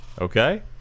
Okay